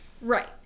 right